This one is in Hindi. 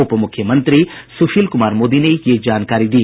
उप मुख्यमंत्री सुशील कुमार मोदी ने ये जानकारी दी